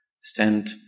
stand